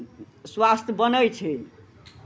स्वास्थ्य बनै छै